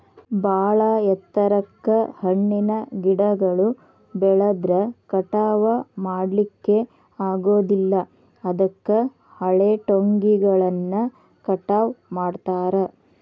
ಬಾಳ ಎತ್ತರಕ್ಕ್ ಹಣ್ಣಿನ ಗಿಡಗಳು ಬೆಳದ್ರ ಕಟಾವಾ ಮಾಡ್ಲಿಕ್ಕೆ ಆಗೋದಿಲ್ಲ ಅದಕ್ಕ ಹಳೆಟೊಂಗಿಗಳನ್ನ ಕಟಾವ್ ಮಾಡ್ತಾರ